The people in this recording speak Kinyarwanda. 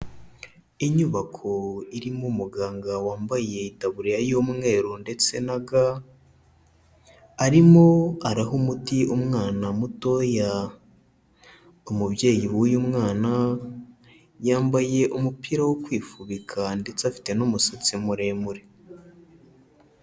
Inyubako irimo umuganga wambayetaburiya y'umweru ndetse na ga, arimo araha umuti umwana mutoya, umubyeyi w'uyu mwana, yambaye umupira wo kwifubika ndetse afite n'umusatsi muremure.